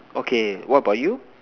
okay what about you